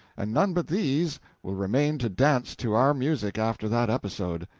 and none but these will remain to dance to our music after that episode.